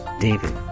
David